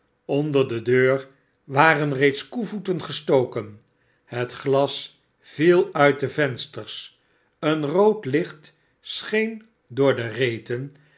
onder de deur waren reeds koevoeten gestoken het glas viel uit de vensters een rood licht scheen door de reten